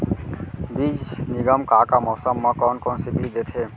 बीज निगम का का मौसम मा, कौन कौन से बीज देथे?